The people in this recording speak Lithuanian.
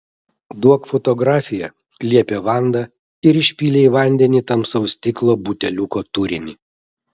duok fotografiją liepė vanda ir išpylė į vandenį tamsaus stiklo buteliuko turinį